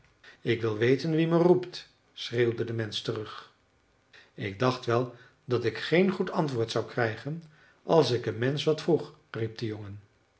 ik wil weten wie me roept schreeuwde de mensch terug ik dacht wel dat ik geen goed antwoord zou krijgen als ik een mensch wat vroeg riep de jongen